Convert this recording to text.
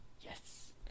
Yes